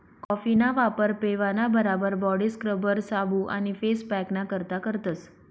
कॉफीना वापर पेवाना बराबर बॉडी स्क्रबर, साबू आणि फेस पॅकना करता करतस